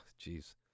jeez